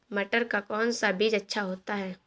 मटर का कौन सा बीज अच्छा होता हैं?